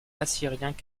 assyriens